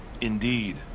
Indeed